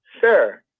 sir